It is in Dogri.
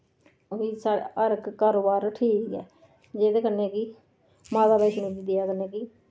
ओह् बी साढ़ा हर इक कारोबार ठीक ऐ जेह्दे कन्नै कि माता वैश्णो दी दया कन्नै कि